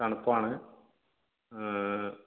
തണുപ്പാണ്